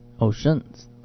Oceans